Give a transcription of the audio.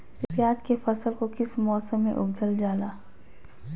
प्याज के फसल को किस मौसम में उपजल जाला?